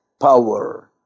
power